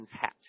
hat